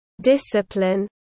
discipline